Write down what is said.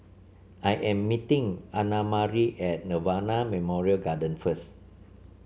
I am meeting Annamarie at Nirvana Memorial Garden first